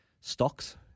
stocks